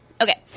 Okay